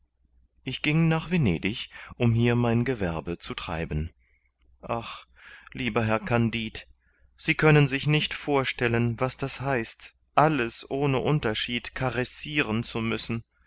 ich ging nach venedig um hier mein gewerbe zu treiben ach lieber herr kandid sie können sich nicht vor stellen was das heißt alles ohne unterschied caressiren zu müssen